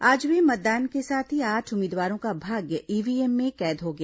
आज हुए मतदान के साथ ही आठ उम्मीदवारों का भाग्य ईव्हीएम में कैद हो गया